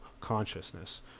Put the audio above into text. consciousness